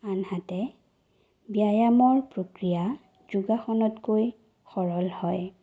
আনহাতে ব্যায়ামৰ প্ৰক্ৰিয়া যোগাসনতকৈ সৰল হয়